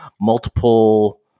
multiple